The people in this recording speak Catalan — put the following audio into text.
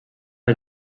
del